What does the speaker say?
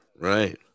right